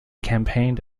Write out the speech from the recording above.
campaigned